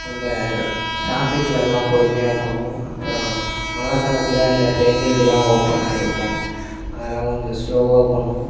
ரொம்ப ட்ராஃபிக்லலாம் பொறுமையாக போகணும் அப்புறம் மழைக் காலத்தில் அந்த ட்ரைனேஜ்யெல்லாம் ஓப்பன் ஆயிருக்கும் அதெலாம் கொஞ்சம் ஸ்லோவாக போகணும்